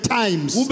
times